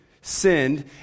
sinned